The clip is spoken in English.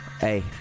hey